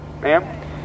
ma'am